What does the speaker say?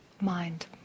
mind